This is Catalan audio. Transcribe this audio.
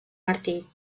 martí